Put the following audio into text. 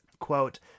quote